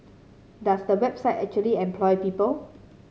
does the website actually employ people